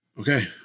Okay